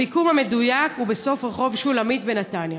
המיקום המדויק הוא בסוף רחוב שולמית בנתניה.